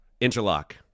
interlock